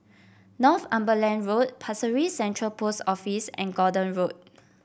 Northumberland Road Pasir Ris Central Post Office and Gordon Road